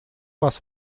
вас